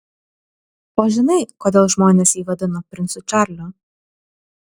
o žinai kodėl žmonės jį vadino princu čarliu